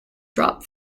drop